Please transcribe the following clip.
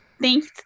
thanks